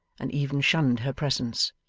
and even shunned her presence.